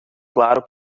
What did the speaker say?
claro